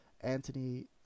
Anthony